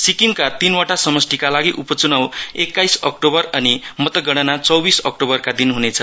सिक्किमका तीनवटा समष्टिका लागि उपचुनाउ एक्काइस अक्टोबर अनि मतगणना चौविस अक्टोबरका दिन हुनेछ